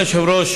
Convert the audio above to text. אדוני היושב-ראש,